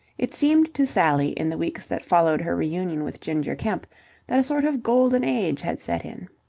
it seemed to sally in the weeks that followed her reunion with ginger kemp that a sort of golden age had set in.